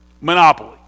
Monopoly